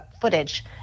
footage